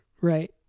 Right